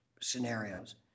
scenarios